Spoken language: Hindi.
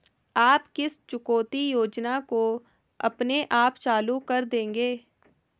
आप किस चुकौती योजना को अपने आप चालू कर देंगे?